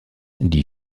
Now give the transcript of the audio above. die